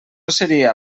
seria